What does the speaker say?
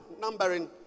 numbering